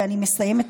ואני מסיימת,